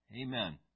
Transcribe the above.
Amen